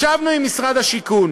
ישבנו עם משרד השיכון,